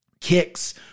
kicks